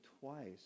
twice